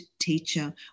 Teacher